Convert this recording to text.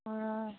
অঁ